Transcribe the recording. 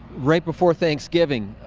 right before thanksgiving